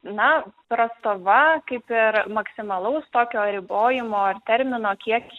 na prastova kaip ir maksimalaus tokio ribojimo ar termino kiek